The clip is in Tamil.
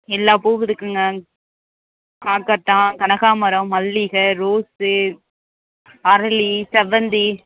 எல்லா பூவும் இருக்குதுங்க காக்கட்டான் கனகாமரம் மல்லிகை ரோஸு அரளி செவ்வந்தி